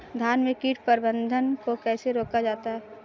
धान में कीट प्रबंधन को कैसे रोका जाता है?